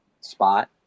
spot